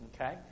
Okay